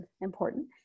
important